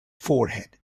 forehead